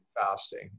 fasting